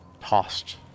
tossed